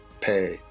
pay